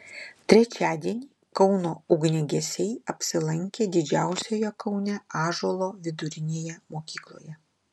trečiadienį kauno ugniagesiai apsilankė didžiausioje kaune ąžuolo vidurinėje mokykloje